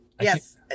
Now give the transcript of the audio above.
yes